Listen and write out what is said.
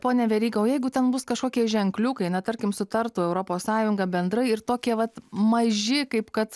pone veryga o jeigu ten bus kažkokie ženkliukai na tarkim sutartų europos sąjunga bendrai ir tokie vat maži kaip kad